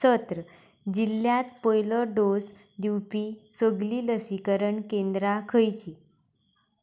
चत्र जिल्ल्यांत पयलो डोस दिवपी सगळीं लसीकरण केंद्रां खंयचीं